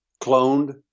cloned